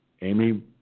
Amy